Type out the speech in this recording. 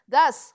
Thus